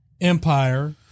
Empire